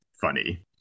funny